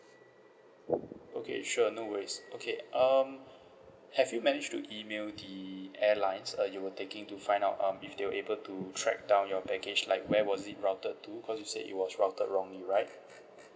okay sure no worries okay um have you managed to email the airlines uh you were taking to find out um if they were able to track down your baggage like where was it routed to cause you said it was routed wrongly right